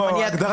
זה המניע העיקרי.